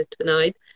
tonight